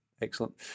excellent